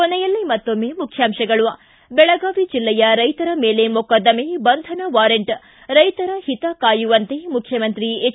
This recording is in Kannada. ಕೊನೆಯಲ್ಲಿ ಮತ್ತೊಮ್ಮೆ ಮುಖ್ಯಾಂಶಗಳು ್ಟಿ ಬೆಳಗಾವಿ ಜಿಲ್ಲೆಯ ರೈತರ ಮೇಲೆ ಮೊಕದ್ದಮೆ ಬಂಧನ ವಾರೆಂಟ್ ರೈತರ ಹಿತ ಕಾಯುವಂತೆ ಮುಖ್ಯಮಂತ್ರಿ ಹೆಚ್